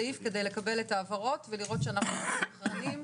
סעיף כדי לקבל את ההבהרות ולראות שאנחנו מסונכרנים,